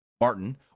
Martin